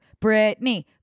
Britney